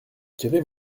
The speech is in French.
qu’avez